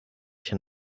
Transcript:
się